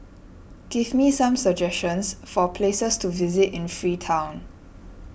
give me some suggestions for places to visit in Freetown